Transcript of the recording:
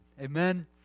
Amen